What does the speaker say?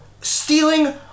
stealing